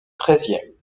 treizième